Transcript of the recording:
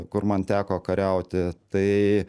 kur man teko kariauti tai